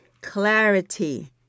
clarity